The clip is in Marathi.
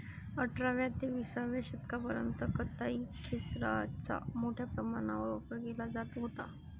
अठराव्या ते विसाव्या शतकापर्यंत कताई खेचराचा मोठ्या प्रमाणावर वापर केला जात होता